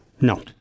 No